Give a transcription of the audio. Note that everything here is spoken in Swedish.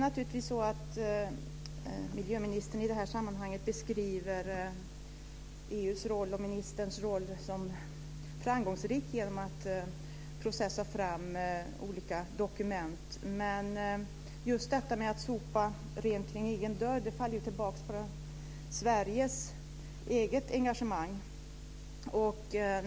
Miljöministern beskriver i det här sammanhanget EU:s roll och ministerns roll som framgångsrika i vad gäller att processa fram olika dokument. Att sopa rent för egen dörr faller dock tillbaka på Sveriges eget engagemang.